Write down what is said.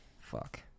fuck